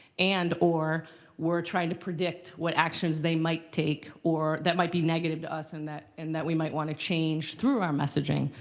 and or we're trying to predict what actions they might take or that might be negative to us and that and that we might want to change through our messaging.